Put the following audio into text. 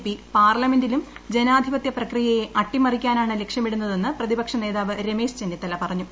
പി് പാർലമെന്റിലും ജന്മ്യൂപത്യ പ്രക്രിയയെ അട്ടിമറിക്കാനാണ് ലക്ഷ്യമിടുന്നൂരിന്റ് പ്രതിപക്ഷ നേതാവ് രമേശ് ചെന്നിത്തല പറഞ്ഞു